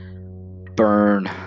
burn